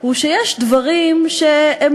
מהטעמים שהזכיר קודם חברי ושותפי לחוק חבר הכנסת יריב